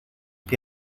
que